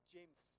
James